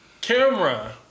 Camera